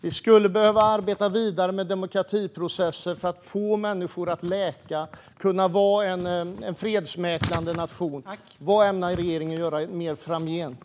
Vi skulle behöva arbeta vidare med demokratiprocesser för att få människor att läka och kunna vara en fredsmäklande nation. Vad ämnar regeringen mer göra framgent?